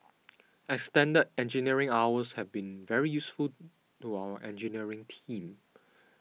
extended engineering hours have been very useful to our engineering team